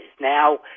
now